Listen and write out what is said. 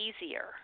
easier